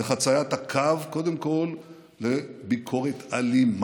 זה קודם כול בחציית הקו לביקורת אלימה.